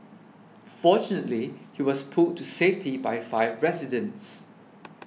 fortunately he was pulled to safety by five residents